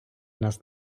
нас